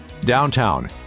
Downtown